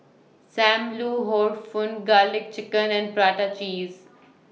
SAM Lau Hor Fun Garlic Chicken and Prata Cheese